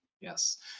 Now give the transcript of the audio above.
yes